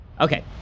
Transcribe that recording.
Okay